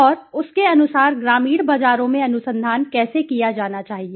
और उसके अनुसार ग्रामीण बाजारों में अनुसंधान कैसे किया जाना चाहिए